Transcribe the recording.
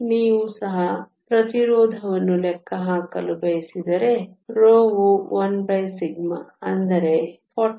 ನೀವು ಸಹ ಪ್ರತಿರೋಧವನ್ನು ಲೆಕ್ಕ ಹಾಕಲು ಬಯಸಿದರೆ ρ ವು 1 ಅಂದರೆ 45